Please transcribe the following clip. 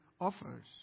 offers